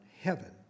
heaven